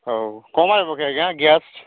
ହଉ କମାଇବକି ଆଜ୍ଞା ଗ୍ୟାସ